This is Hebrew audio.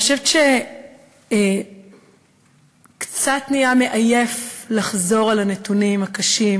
אני חושבת שקצת נהיה מעייף לחזור על הנתונים הקשים,